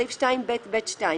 בסעיף 2ב(ב)(2),